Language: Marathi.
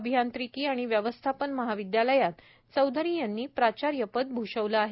अभियांत्रिकी आणि व्यवस्थापन महाविद्यालयात सुभाष चौधरी यांनी प्राचार्यपद भूषवलं आहे